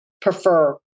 prefer